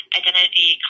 identity